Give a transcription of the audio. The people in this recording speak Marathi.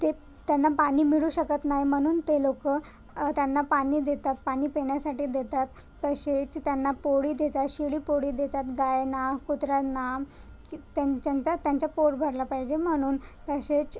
ते त्यांना पाणी मिळू शकत नाही म्हणून ते लोक त्यांना पाणी देतात पाणी पिण्यासाठी देतात तसेच त्यांना पोळी देतात शिळी पोळी देतात गायना कुत्र्यांना की त्यांच्या त्या त्यांचा पोट भरलं पाहिजे म्हणून तसेच